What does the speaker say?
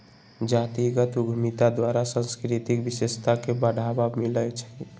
जातीगत उद्यमिता द्वारा सांस्कृतिक विशेषता के बढ़ाबा मिलइ छइ